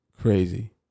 Crazy